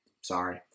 Sorry